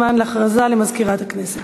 זמן להכרזה למזכירת הכנסת.